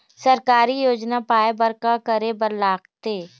सरकारी योजना पाए बर का करे बर लागथे?